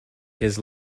his